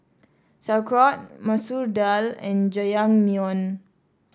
Sauerkraut Masoor Dal and Jajangmyeon